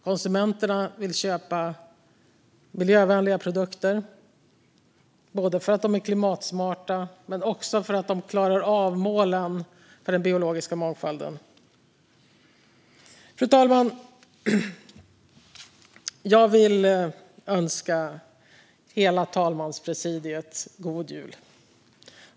Konsumenterna vill köpa miljövänliga produkter för att de är klimatsmarta men också för att de klarar av målen för den biologiska mångfalden. Fru talman! Jag vill önska hela talmanspresidiet god jul.